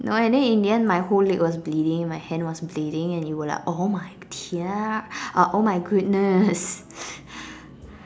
no and then in the end my whole leg was bleeding and my hand was bleeding and you were like oh my 天 uh oh my goodness